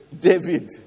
David